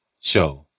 Show